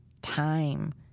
time